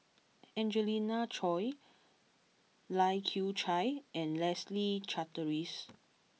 Angelina Choy Lai Kew Chai and Leslie Charteris